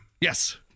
Yes